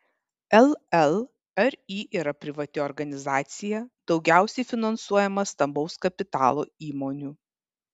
llri yra privati organizacija daugiausiai finansuojama stambaus kapitalo įmonių